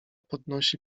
podnosi